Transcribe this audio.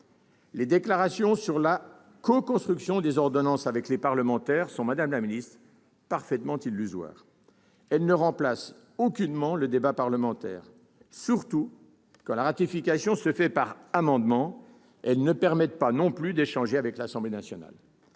Les déclarations sur la coconstruction des ordonnances avec les parlementaires sont parfaitement illusoires, madame la secrétaire d'État. Elles ne remplacent aucunement le débat parlementaire, surtout quand la ratification se fait par voie d'amendement. Et elles ne permettent pas non plus d'échanger avec l'Assemblée nationale.